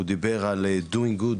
הוא דיבר על doing good,